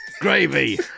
gravy